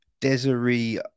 Desiree